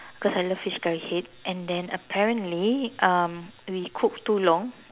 cause I love fish curry head and then apparently um we cook too long